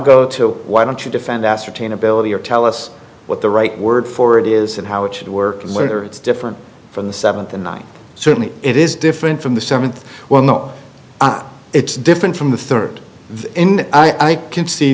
go to why don't you defend ascertain ability or tell us what the right word for it is and how it should work and where it's different from the seven to nine certainly it is different from the seventh well no it's different from the third in i can see